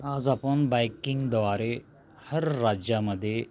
आज आपन बाईकिंगद्वारे हर राज्यामध्ये